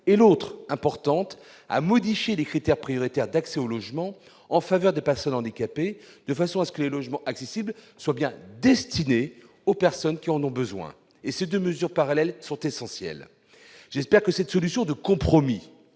et l'autre, importante, à modifier les critères prioritaires d'accès au logement en faveur des personnes handicapées, de façon à ce que les logements accessibles soient bien destinés aux personnes qui en ont besoin. Ces deux mesures parallèles sont essentielles. J'espère que cette solution de compromis,